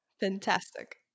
Fantastic